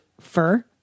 fur